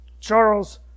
Charles